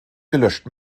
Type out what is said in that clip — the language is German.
gelöscht